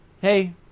hey